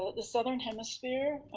the southern hemisphere,